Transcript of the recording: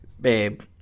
babe